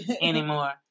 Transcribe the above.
anymore